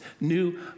new